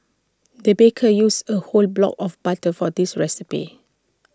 the baker used A whole block of butter for this recipe